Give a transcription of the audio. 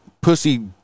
pussy